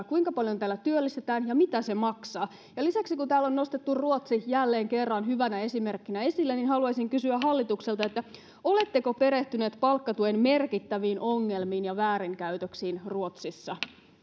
kuinka paljon tällä työllistetään ja mitä se maksaa ja lisäksi kun täällä on nostettu ruotsi jälleen kerran hyvänä esimerkkinä esille haluaisin kysyä hallitukselta oletteko perehtyneet palkkatuen merkittäviin ongelmiin ja väärinkäytöksiin ruotsissa